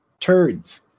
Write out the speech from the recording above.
Turds